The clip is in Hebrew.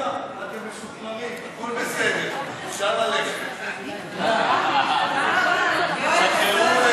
הצבעה מס' 19 בעד ההצעה להעביר את הצעת החוק לוועדה,